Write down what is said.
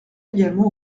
également